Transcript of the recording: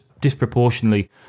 disproportionately